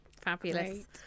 Fabulous